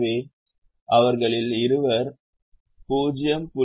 எனவே அவர்களில் இருவர் 0